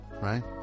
Right